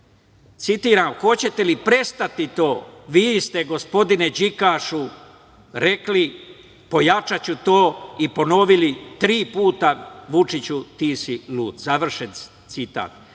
citiram: „Hoćete li prestati to?“, vi ste, gospodine đikašu, rekli: „Pojačaću to“ i ponovili tri puta: „Vučiću, ti si lud“, završen citat.